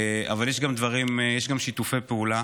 אבל יש גם דברים, יש גם שיתופי פעולה.